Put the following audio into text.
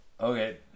Okay